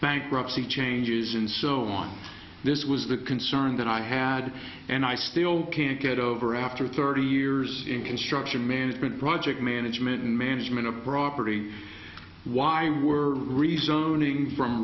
bankruptcy changes in so on this was the concern that i had and i still can't get over after thirty years in construction management project management and management abroad pretty why we're rezoning from